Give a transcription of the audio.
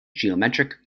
geometric